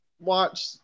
watch